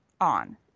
on